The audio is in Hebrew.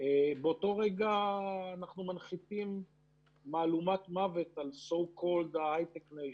באותו רגע אנחנו מנחיתים מהולמת מוות על So called Hi-tech Nation.